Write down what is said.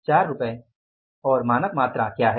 4 और मानक मात्रा क्या है